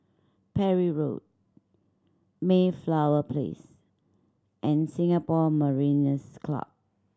Parry Road Mayflower Place and Singapore Mariners' Club